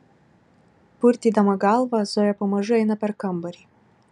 purtydama galvą zoja pamažu eina per kambarį